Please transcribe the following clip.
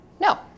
No